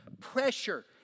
pressure